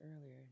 earlier